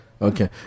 okay